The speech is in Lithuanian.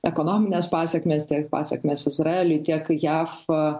ekonomines pasekmes tiek pasekmes izraeliui tiek jav